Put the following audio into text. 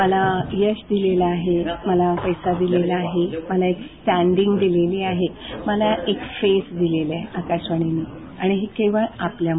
मला यश दिलेला आहे मला पैसे दिलेला आहे मला एक स्टॅंडिंग दिलेली आहे मला एक फेस दिलेला आहे आणि हे केवळ आपल्यामुळे